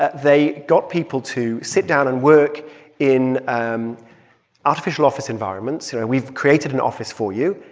ah they got people to sit down and work in um artificial office environments. you know, we've created an office for you.